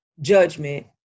judgment